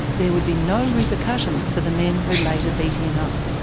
there would be no repercussions for the men who later beat him up.